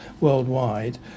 worldwide